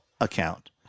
account